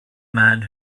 man